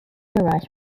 arise